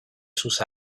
sus